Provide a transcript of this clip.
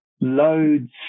Loads